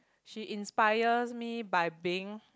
she inspires me by being